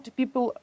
people